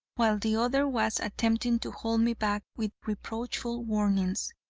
while the other was attempting to hold me back with reproachful warnings.